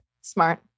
Smart